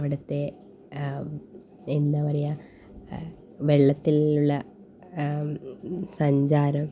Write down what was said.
അവിടുത്തെ എന്താണ് പറയുക വെള്ളത്തിലുള്ള സഞ്ചാരം